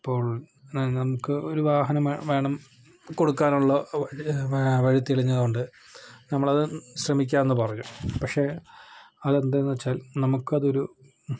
അപ്പോൾ നമുക്ക് ഒരു വാഹനം വേണം കൊടുക്കാനുള്ള വഴി വഴി തെളിഞ്ഞതുകൊണ്ട് നമ്മളത് ശ്രമിക്കാമെന്ന് പറഞ്ഞു പക്ഷേ അതെന്താന്ന് വെച്ചാൽ നമുക്കതൊരു